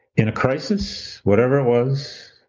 in a crisis, whatever it was,